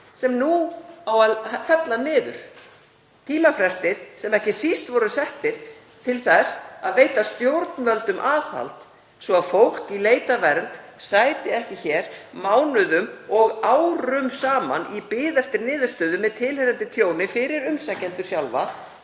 sem nú á að fella niður. Tímafrestir sem ekki síst voru settir til þess að veita stjórnvöldum aðhald svo fólk í leit að vernd sæti ekki hér mánuðum og árum saman í bið eftir niðurstöðu með tilheyrandi tjóni fyrir umsækjendur sjálfa